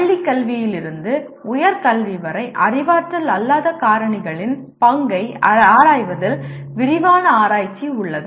பள்ளிக் கல்வியிலிருந்து உயர் கல்வி வரை அறிவாற்றல் அல்லாத காரணிகளின் பங்கை ஆராய்வதில் விரிவான ஆராய்ச்சி உள்ளது